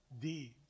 deeds